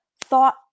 thought